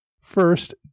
First